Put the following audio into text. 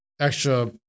extra